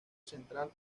central